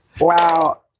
Wow